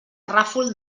ràfol